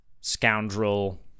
scoundrel